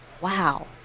wow